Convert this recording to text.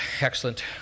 excellent